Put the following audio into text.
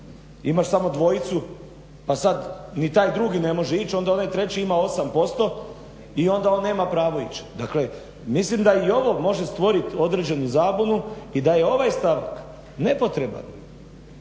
Imaš samo dvojicu, pa sad ni taj drugi ne može ići, onda onaj treći ima 8% i onda on nema pravo ići. Dakle, mislim da i ovo može stvorit određenu zabunu i da je ovaj stavak nepotreban.